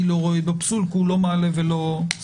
אני לא רואה בו פסול כי הוא לא מעלה ולא מוריד,